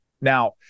Now